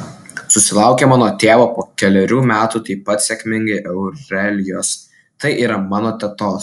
susilaukė mano tėvo po kelerių metų taip pat sėkmingai aurelijos tai yra mano tetos